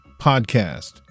podcast